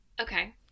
Okay